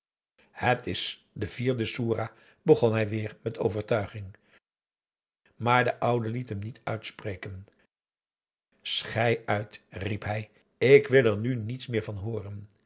het is soerah iv begon hij weer met overtuiging maar de oude liet hem niet uitspreken schei uit riep hij ik wil er nu niets meer van hooren